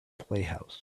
playhouse